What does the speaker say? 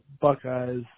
Buckeyes